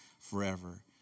forever